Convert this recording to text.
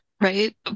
right